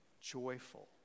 Joyful